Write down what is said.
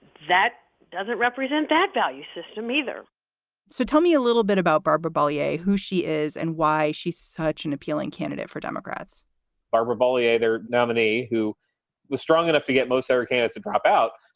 that doesn't represent that value system either so tell me a little bit about barbara bollier, who she is and why she's such an appealing candidate for democrats barbara bollier, their nominee, who was strong enough to get most of her candidates to drop out,